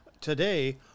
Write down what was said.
today